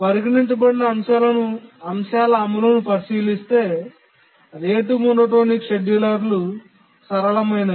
పరిగణించబడిన అంశాల అమలును పరిశీలిస్తే రేటు మోనోటోనిక్ షెడ్యూలర్లు సరళమైనవి